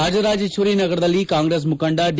ರಾಜರಾಜೇಶ್ವರಿ ನಗರದಲ್ಲಿ ಕಾಂಗೆಸ್ ಮುಖಂಡ ಡಿ